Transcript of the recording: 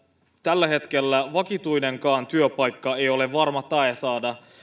tällä hetkellä vakituinenkaan työpaikka ei ole varma tae saada